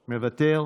מוותר,